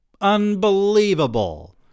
Unbelievable